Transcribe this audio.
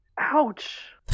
Ouch